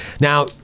Now